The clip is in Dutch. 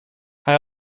hij